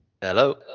Hello